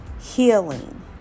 healing